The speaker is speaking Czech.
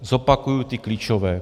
Zopakuji ty klíčové.